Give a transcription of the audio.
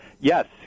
yes